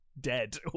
dead